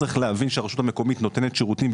צריך להבין שהרשות המקומית נותנת שירותים,